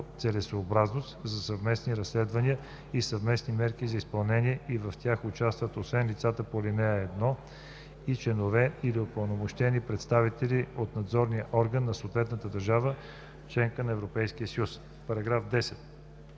целесъобразност за съвместни разследвания и съвместни мерки за изпълнение и в тях участват, освен лицата по ал. 1 и членове или упълномощени представители от надзорния орган на съответната държава – членка на Европейския съюз.“